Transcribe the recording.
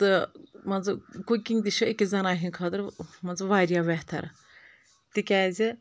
تہٕ مان ژٕ کُکِنٛگ تہِ چھِ أکِس زنانہِ ہٕنٛدِ خٲطرٕ مان ژٕ واریاہ بہتر تِکیٛازِ